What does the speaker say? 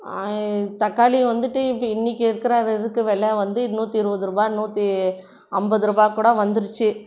தக்காளி வந்துட்டு இப்போ இன்னைக்கு இருக்கிற அது இதுக்கு வில வந்து நூற்று இருபது ரூபாய் நூற்று ஐம்பது ரூபாய் கூட வந்துருச்சு